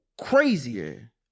crazier